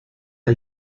are